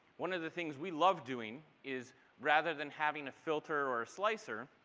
one of the things we love doing is rather than having to filter or a slicer,